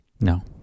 No